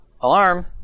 alarm